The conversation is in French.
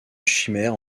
chimère